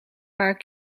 paar